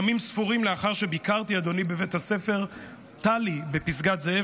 ימים ספורים לאחר שביקרתי בבית הספר תל"י בפסגת זאב,